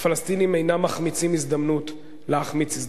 הפלסטינים אינם מחמיצים הזדמנות להחמיץ הזדמנות.